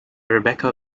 rebecca